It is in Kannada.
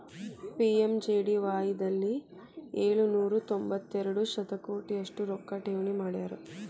ಪಿ.ಎಮ್.ಜೆ.ಡಿ.ವಾಯ್ ದಲ್ಲಿ ಏಳು ನೂರ ತೊಂಬತ್ತೆರಡು ಶತಕೋಟಿ ಅಷ್ಟು ರೊಕ್ಕ ಠೇವಣಿ ಮಾಡ್ಯಾರ